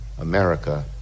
America